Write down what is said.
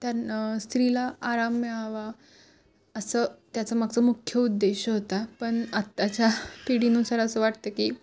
त्या न स्त्रीला आराम मिळावा असं त्याचं मागचं मुख्य उद्देश होता पण आताच्या पिढीनुसार असं वाटतं की